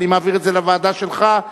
אני מעביר את זה לוועדה שלך,